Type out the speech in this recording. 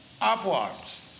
upwards